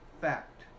fact